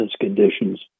conditions